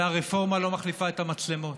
והרפורמה לא מחליפה את המצלמות.